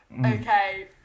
okay